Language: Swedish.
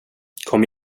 kom